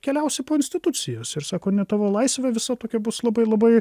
keliausiu po institucijas ir sako ne tavo laisvė visa tokia bus labai labai